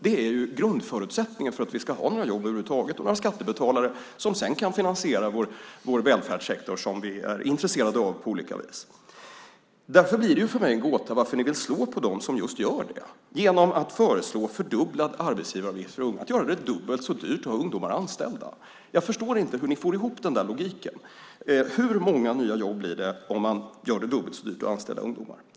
Det är ju grundförutsättningen för att vi ska ha några jobb över huvud taget och några skattebetalare som sedan kan finansiera vår välfärdssektor som vi är intresserade av på olika vis. För mig blir det därför en gåta att ni vill slå på dem som just gör detta genom att föreslå fördubblad arbetsgivaravgift för unga och göra det dubbelt så dyrt att ha ungdomar anställda. Jag förstår inte hur ni får ihop den logiken. Hur många nya jobb blir det om man gör det dubbelt så dyrt att anställa ungdomar?